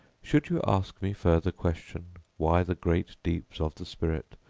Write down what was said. should you ask me further question why the great deeps of the spirit,